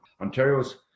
ontario's